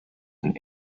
and